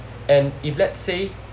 and if let's say